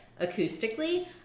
acoustically